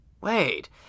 wait